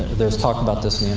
there's talk about this,